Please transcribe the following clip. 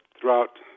throughout